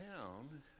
town